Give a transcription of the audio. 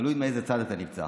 תלוי באיזה צד אתה נמצא.